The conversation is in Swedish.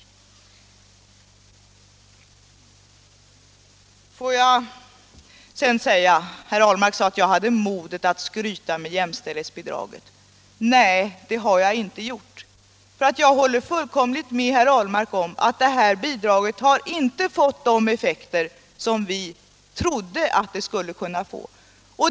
Herr Ahlmark sade vidare att jag hade modet att skryta med jämställdhetsbidraget. Nej, det har jag inte gjort. Jag håller fullkomligt med herr Ahlmark om att detta bidrag inte har fått de effekter vi trodde att det skulle få.